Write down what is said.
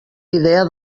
idea